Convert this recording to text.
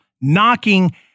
knocking